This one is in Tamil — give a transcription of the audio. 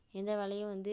எந்த வேலையும் வந்து